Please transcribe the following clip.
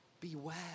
Beware